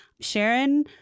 Sharon